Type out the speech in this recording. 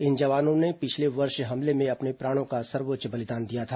इन जवानों ने पिछले वर्ष हमले में अपने प्राणों का सर्वोच्च बलिदान दिया था